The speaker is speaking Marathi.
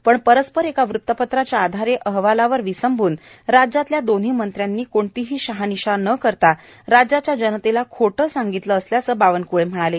पण परस्पर एका वृतपत्राच्या आधारे अहवालावर विसंबून राज्यातल्या दोन्ही मंत्र्यानी कोणतीही शहानिशा न करता राज्याच्या जनतेला खोटे सांगितले असल्याचं बावणकृळे म्हणाले